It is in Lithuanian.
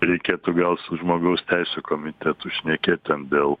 reikėtų gal su žmogaus teisių komitetu šnekėt ten dėl